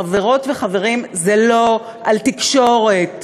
חברות וחברים, זה לא על תקשורת.